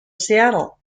seattle